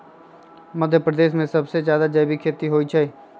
मध्यप्रदेश में सबसे जादा जैविक खेती होई छई